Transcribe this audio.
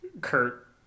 Kurt